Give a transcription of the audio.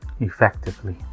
Effectively